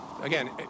Again